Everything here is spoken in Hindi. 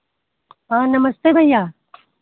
और नमस्ते भैया